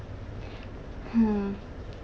hmm